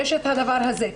יש את הדבר הזה.